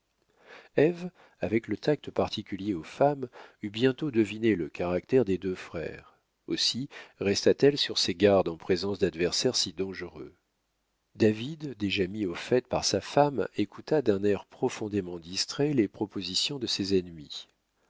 avec le tact particulier aux femmes eut bientôt deviné le caractère des deux frères aussi resta t elle sur ses gardes en présence d'adversaires si dangereux david déjà mis au fait par sa femme écouta d'un air profondément distrait les propositions de ses ennemis